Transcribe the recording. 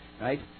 right